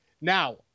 Now